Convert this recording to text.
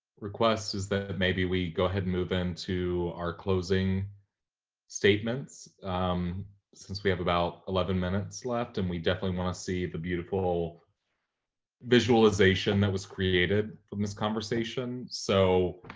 request is that, maybe we go ahead and move into our closing statements since we have about eleven minutes left and we definitely wanna see the beautiful visualization that was created from this conversation. so